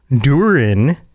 Durin